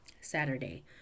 Saturday